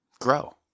grow